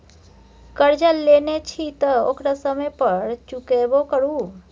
करजा लेने छी तँ ओकरा समय पर चुकेबो करु